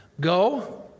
Go